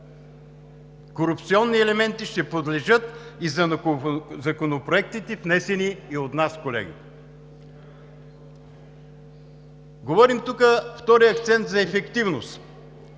корупционни елементи ще подлежат и законопроектите, внесени и от нас, колеги. Говорим тук за втория акцент за ефективност.